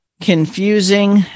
confusing